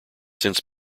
since